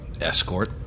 escort